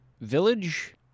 village